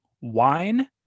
wine